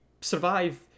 survive